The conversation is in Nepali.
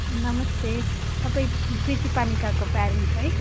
नमस्ते तपाईँ प्रिती पानिकाको पेरेन्ट्स है